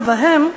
ובהם,